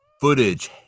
footage